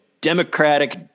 Democratic